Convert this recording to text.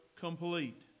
complete